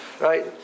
right